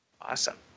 Awesome